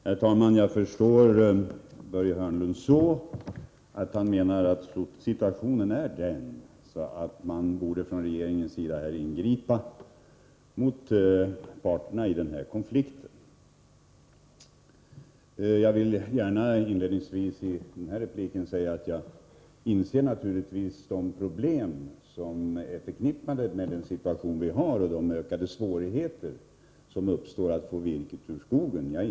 Herr talman! Jag förstår Börje Hörnlund så, att han menar att situationen är sådan att man från regeringens sida borde ingripa mot parterna i den här konflikten. Jag vill gärna inledningsvis i den här repliken säga att jag naturligtvis inser de problem som är förknippade med situationen — de ökade svårigheter som uppstår med att få virket ur skogen.